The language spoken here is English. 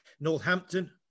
Northampton